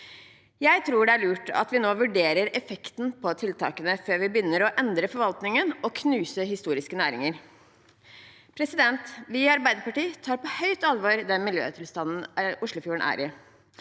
Jeg tror det er lurt at vi nå vurderer effekten av tiltakene før vi begynner å endre forvaltningen og knuse historiske næringer. Vi i Arbeiderpartiet tar miljøtilstanden Oslofjorden er i,